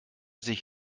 sich